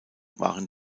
waren